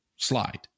slide